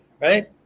right